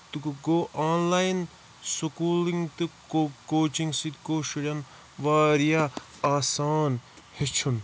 تہٕ گوٚو online schooling تہِ گو کوچِنٛگ سۭتۍ گو شُرٮ۪ن واریاہ آسان ہیٚچھُن